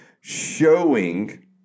showing